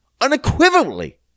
unequivocally